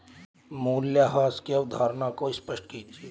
मूल्यह्रास की अवधारणा को स्पष्ट कीजिए